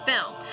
film